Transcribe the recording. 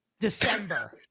December